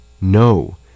No